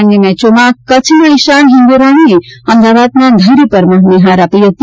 અન્ય મેચોમાં કચ્છના ઇશાન હીંગોરાણીએ અમદાવાદના ધૈર્ય પરમારને હાર આપી હતી